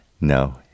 No